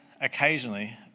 occasionally